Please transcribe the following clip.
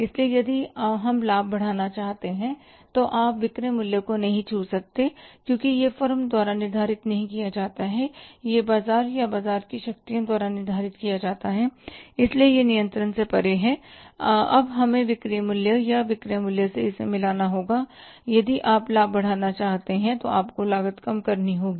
इसलिए यदि हम लाभ बढ़ाना चाहते हैं तो आप विक्रय मूल्य को नहीं छू सकते क्योंकि यह फर्म द्वारा निर्धारित नहीं किया जाता है यह बाजार या बाजार की शक्तियों द्वारा निर्धारित किया जाता है इसलिए यह नियंत्रण से परे है अब हमें बिक्री मूल्य या विक्रय मूल्य से इसे मिलाना होगा और यदि आप लाभ बढ़ाना चाहते हैं तो आपको लागत कम करनी होगी